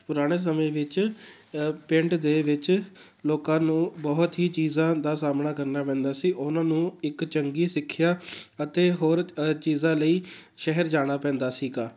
ਪੁਰਾਣੇ ਸਮੇਂ ਵਿੱਚ ਪਿੰਡ ਦੇ ਵਿੱਚ ਲੋਕਾਂ ਨੂੰ ਬਹੁਤ ਹੀ ਚੀਜ਼ਾਂ ਦਾ ਸਾਹਮਣਾ ਕਰਨਾ ਪੈਂਦਾ ਸੀ ਉਹਨਾਂ ਨੂੰ ਇੱਕ ਚੰਗੀ ਸਿੱਖਿਆ ਅਤੇ ਹੋਰ ਚੀਜ਼ਾਂ ਲਈ ਸ਼ਹਿਰ ਜਾਣਾ ਪੈਂਦਾ ਸੀਗਾ